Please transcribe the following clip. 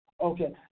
Okay